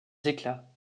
éclats